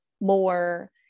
more